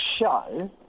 show